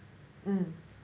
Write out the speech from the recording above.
mm